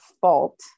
fault